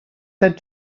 said